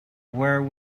where